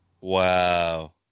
Wow